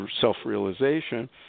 self-realization